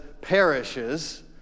perishes